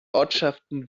ortschaften